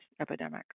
epidemic